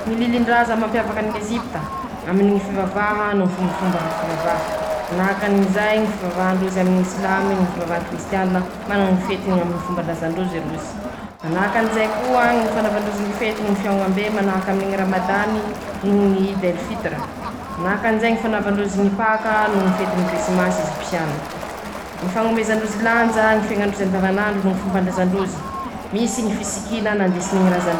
Ñy lilindraza mampiavaka any ñ'Ezipita: Aminy ñy fivavaha noho fomba ara fivavaha, manahakan'izay ñy fivavaha ndrozy aminy ñy simamy noho ñy fivavahany ñy krisitianina, manana ñy fety amiñy fombandrazandrozy rozy, manahakan'izay koa ñy fanaova ndrozy ñy fety no ñy fiaoñambe manahaky ngy ramadany noho ñy idelifitire, manahakan'izay ñy fanaova ndrozy ñy paka noho ñy fetiny krisimasy ezipisianina, ñy fañomezandroazy lanja ñy fiaiña ndrozy andavan'andro noho ñy fombandraza ndrozy, misy ñy fisikina nandesiny ñy.